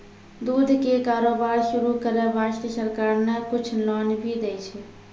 दूध के कारोबार शुरू करै वास्तॅ सरकार न कुछ लोन भी दै छै